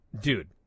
Dude